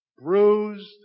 bruised